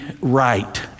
right